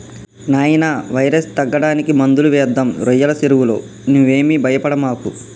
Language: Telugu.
నాయినా వైరస్ తగ్గడానికి మందులు వేద్దాం రోయ్యల సెరువులో నువ్వేమీ భయపడమాకు